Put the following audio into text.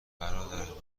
برادر